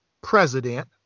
president